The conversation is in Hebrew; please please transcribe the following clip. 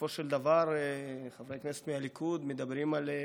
חברי כנסת מהליכוד מדברים על מורשת בגין,